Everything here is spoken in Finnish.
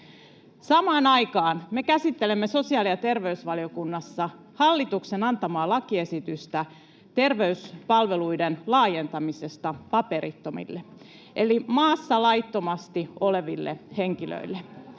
Samaan aikaan me käsittelemme sosiaali- ja terveysvaliokunnassa hallituksen antamaa lakiesitystä terveyspalveluiden laajentamisesta paperittomille eli maassa laittomasti oleville henkilöille.